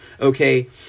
Okay